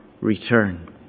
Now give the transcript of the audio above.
return